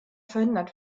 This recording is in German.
verhindert